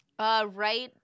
Right